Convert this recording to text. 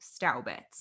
Staubitz